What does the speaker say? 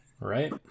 Right